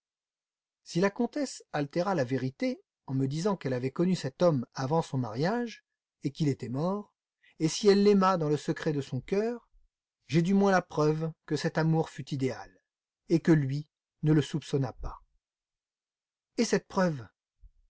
si la comtesse altéra la vérité en me disant qu'elle avait connu cet homme avant son mariage et qu'il était mort et si elle l'aima dans le secret de son cœur j'ai du moins la preuve que cet amour fut idéal et que lui ne le soupçonna pas et cette preuve